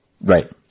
Right